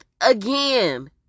again